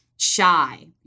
shy